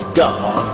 god